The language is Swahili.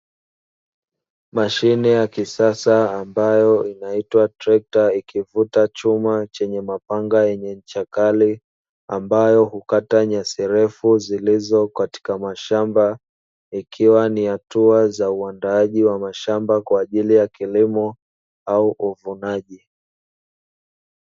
Mashine ya kisasa ambayo inaitwa trekta ikivuta chuma chenye mapanga yenye ncha kali, ambayo hukata nyasi ndefu zilizo katika mashamba ikiwa ni hatua za uandaaji wa mashamba kwa ajili ya kilimo au uvunaji.